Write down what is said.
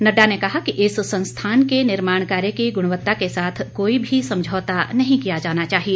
नड़डा ने कहा कि इस संस्थान के निर्माण कार्य की गृणवत्ता के साथ कोई भी समझौता नहीं किया जाना चाहिए